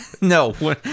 No